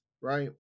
right